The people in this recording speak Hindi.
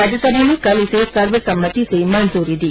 राज्यसभा ने कल इसे सर्वसम्मति से मंजूरी दी